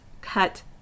cut